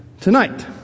tonight